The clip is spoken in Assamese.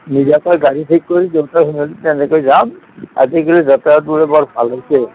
নিজাকৈ গাড়ী ঠিক কৰি তেনেকৈ যাম আজিকালি যাতায়তবোৰো বৰ ভাল হৈছে